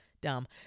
dumb